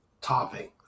Topping